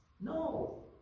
No